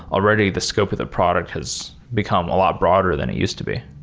already, the scope of the product has become a lot broader than it used to be.